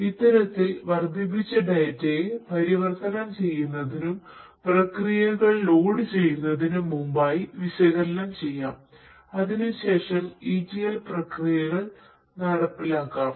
ഇത്തരത്തിൽ വർദ്ധിപ്പിച്ച ഡാറ്റയെ പരിവർത്തനം ചെയ്യുന്നതിനും പ്രക്രിയകൾ ലോഡു ചെയ്യുന്നതിനും മുൻപായി വിശകലനം ചെയ്യാം അതിനുശേഷം etl പ്രക്രിയകൾ നടപ്പിലാക്കാം